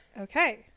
Okay